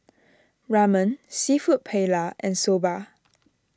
Ramen Seafood Paella and Soba